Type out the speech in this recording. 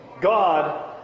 God